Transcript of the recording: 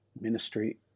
ministry